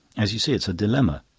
as you see, it's a dilemma.